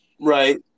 Right